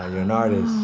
an artist.